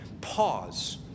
pause